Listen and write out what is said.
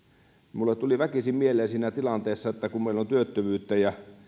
minulle tuli väkisin mieleen siinä tilanteessa että meillä on työttömyyttä ja